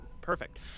Perfect